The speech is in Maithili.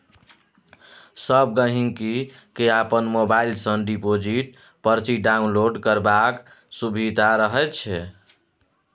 सब गहिंकी केँ अपन मोबाइल सँ डिपोजिट परची डाउनलोड करबाक सुभिता रहैत छै